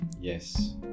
Yes